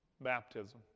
Baptism